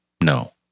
No